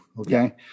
Okay